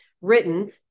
written